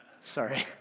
Sorry